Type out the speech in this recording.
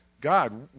God